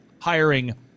hiring